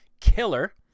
killer